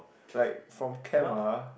like from camp ah